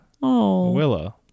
Willa